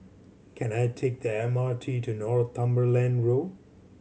can I take the M R T to Northumberland Road